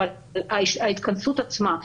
אבל ההתכנסות עצמה,